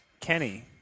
Kenny